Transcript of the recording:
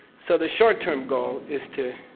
so, the short term goal is to.